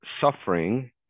suffering